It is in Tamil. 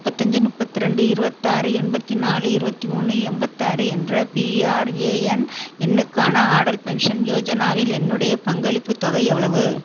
முப்பத்தஞ்சு முப்பத்ரெண்டு இருபத்தாறு எண்பத்து நாலு இருபத்தி மூணு எண்பத்தாறு என்ற பிஆர்ஏஎன் எண்ணுக்கான அடல் பென்ஷன் யோஜனாவில் என்னுடைய பங்களிப்புத் தொகை எவ்வளவு